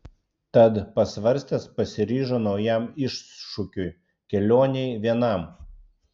tad pasvarstęs pasiryžo naujam iššūkiui kelionei vienam